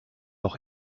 auch